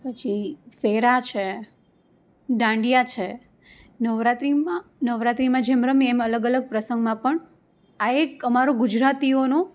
પછી ફર્યા ફેરા છે ડાંડિયા છે નવરાત્રિમાં નવરાત્રિમાં જેમ રમીએ એમ અલગ અલગ પ્રસંગમાં પણ આ એક અમારું ગુજરાતીઓનો